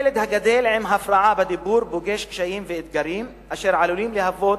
ילד הגדל עם הפרעה בדיבור פוגש קשיים ואתגרים אשר עלולים להוות